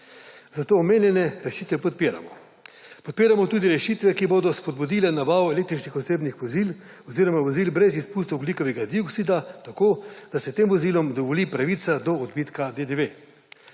zato omenjene rešitve podpiramo. Podpiramo tudi rešitve, ki bodo spodbudile nabavo električnih osebnih vozil oziroma vozil brez izpustov ogljikovega dioksida tako, da se tem vozilom dovoli pravica do odbitka DDV.